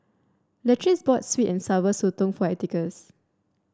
Latrice bought sweet and Sour Sotong for Atticus